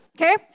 okay